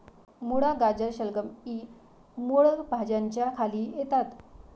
मुळा, गाजर, शलगम इ मूळ भाज्यांच्या खाली येतात